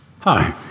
Hi